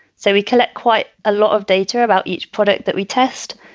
so we collect quite a lot of data about each product that we test,